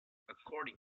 according